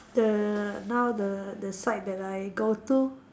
the now the the site that I go to